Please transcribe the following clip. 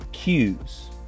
Cues